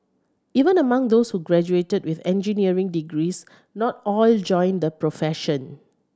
even among those who graduated with engineering degrees not all joined the profession